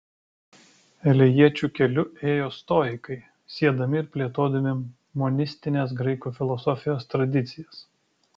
elėjiečių keliu ėjo stoikai siedami ir plėtodami monistinės graikų filosofijos tradicijas